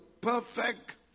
perfect